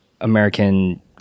American